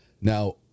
now